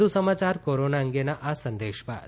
વધુ સમાચાર કોરોના અંગેના આ સંદેશ બાદ